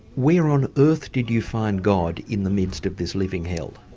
where on earth did you find god in the midst of this living hell?